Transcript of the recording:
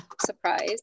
surprise